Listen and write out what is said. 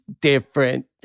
different